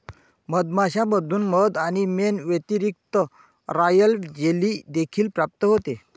मधमाश्यांमधून मध आणि मेण व्यतिरिक्त, रॉयल जेली देखील प्राप्त होते